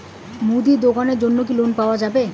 মুদি দোকানের জন্যে কি লোন পাওয়া যাবে?